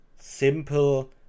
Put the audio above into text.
simple